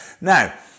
Now